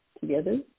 together